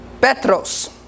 Petros